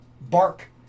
bark